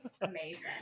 Amazing